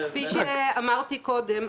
כפי שאמרתי קודם,